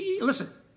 Listen